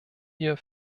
ihr